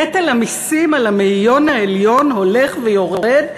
נטל המסים על המאיון העליון הולך ויורד,